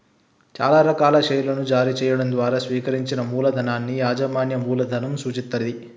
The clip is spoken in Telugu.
చానా రకాల షేర్లను జారీ చెయ్యడం ద్వారా సేకరించిన మూలధనాన్ని యాజమాన్య మూలధనం సూచిత్తది